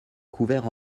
couverts